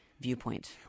viewpoint